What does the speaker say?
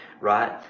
right